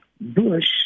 bush